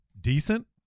decent